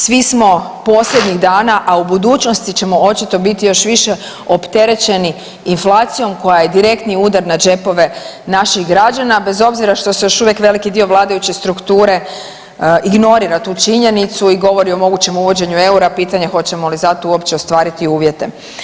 Svi smo posljednjih dana, a u budućnosti ćemo očito biti još više opterećeni inflacijom koja je direktni udar na džepove naših građana, bez obzira što se još uvijek veliki dio vladajuće strukture ignorira tu činjenicu i govori o mogućem uvođenjem eura, pitanje hoćemo li za to uopće ostvariti uvjete.